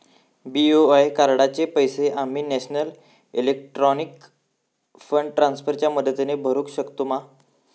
BOI कार्डाचे पैसे आम्ही नेशनल इलेक्ट्रॉनिक फंड ट्रान्स्फर च्या मदतीने भरुक शकतू मा?